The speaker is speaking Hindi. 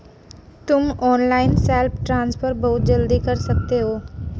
तुम ऑनलाइन सेल्फ ट्रांसफर बहुत जल्दी कर सकते हो